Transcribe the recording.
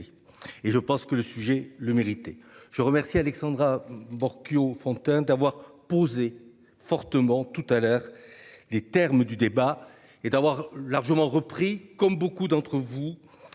et je pense que le sujet le mériter. Je remercie Alexandra Borchio-Fontimp d'avoir posé fortement tout à l'heure les termes du débat et d'avoir largement repris comme beaucoup d'entre vous.